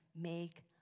make